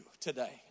today